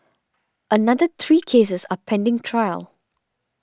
another three cases are pending trial